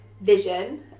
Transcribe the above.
vision